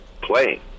playing